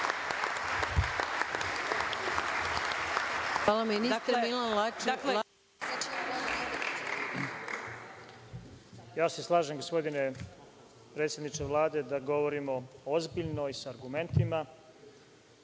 Lapčević** Ja se slažem, gospodine predsedniče Vlade, da govorimo ozbiljno i sa argumentima,